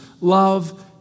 Love